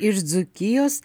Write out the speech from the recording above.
iš dzūkijos